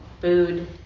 food